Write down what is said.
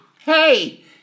Hey